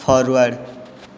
forward